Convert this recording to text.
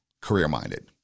career-minded